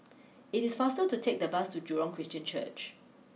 it is faster to take the bus to Jurong Christian Church